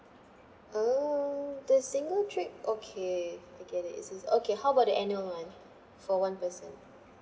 oh the single trip okay I get it it's it's okay how about the annual one for one person